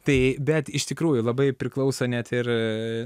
tai bet iš tikrųjų labai priklauso net ir